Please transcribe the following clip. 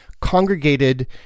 congregated